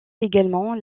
également